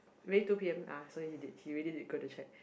maybe two p_m ah so he did he really did go to check